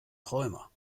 träumer